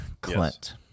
Clint